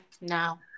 Now